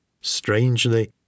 strangely